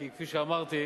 כי כפי שאמרתי,